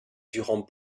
durant